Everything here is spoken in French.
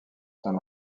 saint